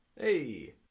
Hey